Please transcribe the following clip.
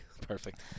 Perfect